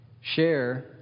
Share